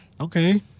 Okay